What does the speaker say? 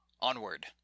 onward